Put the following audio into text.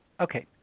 Okay